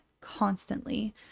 constantly